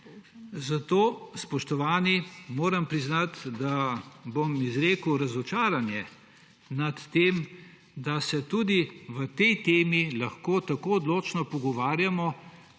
Zato, spoštovani, moram priznati, da bom izrekel razočaranje nad tem, da se tudi pri tej temi lahko tako odločno pogovarjamo,